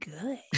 good